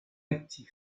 actif